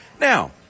Now